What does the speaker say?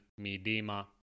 Midima